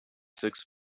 six